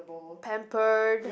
pampered